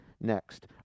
next